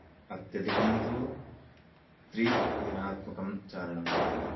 अत्यधिकं तु त्रिदिनात्मकं चारणं कृतम्